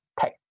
tech